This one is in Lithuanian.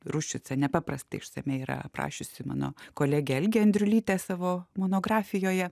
ruščicą nepaprastai išsamiai yra aprašiusi mano kolegė algė andriulytė savo monografijoje